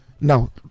now